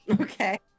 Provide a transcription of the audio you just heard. Okay